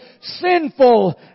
sinful